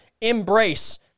embrace